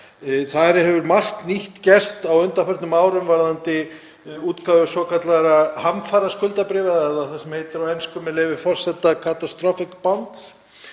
það hefur margt nýtt gerst á undanförnum árum varðandi útgáfu svokallaðra hamfaraskuldabréfa eða það sem heitir á ensku, með leyfi forseta, „catastrophe bonds“.